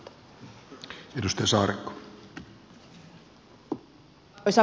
arvoisa puhemies